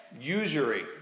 usury